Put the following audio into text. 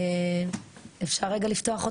בבקשה.